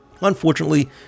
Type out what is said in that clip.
Unfortunately